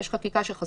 יש חקיקה שחסרה.